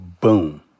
boom